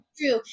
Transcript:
true